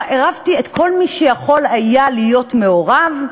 עירבתי את כל מי שיכול היה להיות מעורב.